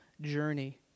journey